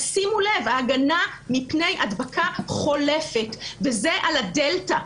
שימו לב, ההגנה מפני הדבקה חולפת וזה על ה-דלתא.